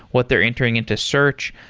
what they're entering into search.